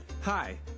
Hi